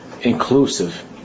inclusive